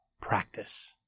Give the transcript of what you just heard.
practice